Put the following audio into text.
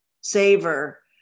savor